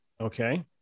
Okay